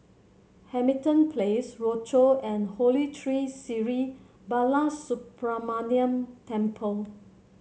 Hamilton Place Rochor and Holy Tree Sri Balasubramaniar Temple